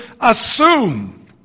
assume